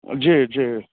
जी जी